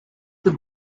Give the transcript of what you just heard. the